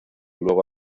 luego